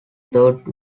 third